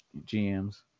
GMs